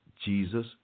Jesus